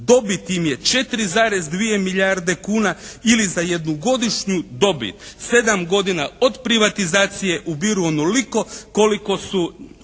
Dobit im je 4,2 milijarde kuna ili za jednogodišnju dobit 7 godina od privatizacije ubiru onoliko koliko su